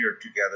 together